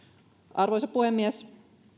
arvoisa puhemies